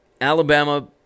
Alabama